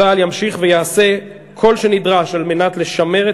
צה"ל ימשיך לעשות כל שנדרש כדי לשמר את